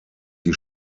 die